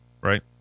right